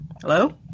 Hello